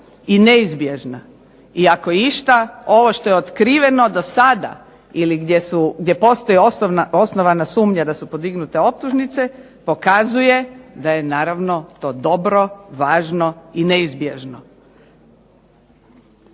i neizbježna. I ako je išta ovo što je otkriveno do sada ili gdje postoji osnovana sumnja da su podignute optužnice pokazuje da je naravno to dobro, važno i neizbježno.